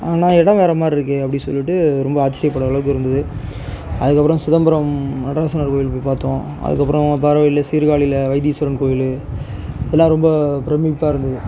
ஆனால் இடம் வேற மாரி இருக்கே அப்படின்னு சொல்லிவிட்டு ரொம்ப ஆச்சிரிய படுகிற அளவுக்கு இருந்துது அதற்கப்பறம் சிதம்பரம் நடராசனார் கோயிலுக்கு போய் பார்த்தோம் அதற்கப்பறம் வர வழியில் சீர்காழியில வைத்தீஸ்வரன் கோவில் அதெல்லாம் ரொம்ப பிரம்மிப்பாக இருந்துது